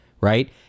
right